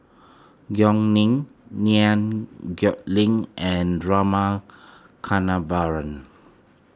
Gao Ning Liew Geok Leong and Rama Kannabiran